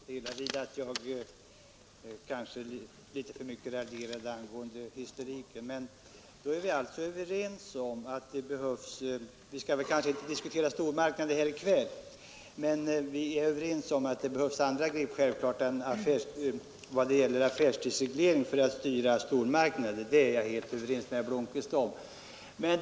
Fru talman! Jag kan ge herr Blomkvist rätt i att jag måhända raljerade litet för mycket angående historiken. Vi kanske inte skall diskutera stormarknader här i kväll, men jag är helt överens med herr Blomkvist om att det självfallet behövs andra grepp än affärstidsreglering för att styra stormarknader.